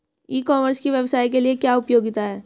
ई commerce की व्यवसाय के लिए क्या उपयोगिता है?